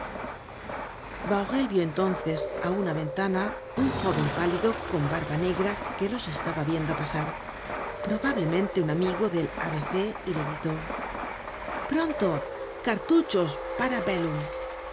cornudos bahorel vió entonces á una ventana un jóven pálido con barba negra que los estaba viendo pasar probablemente un amigo del a b c y le gritó pronto cartuchos para bellum